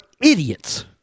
idiots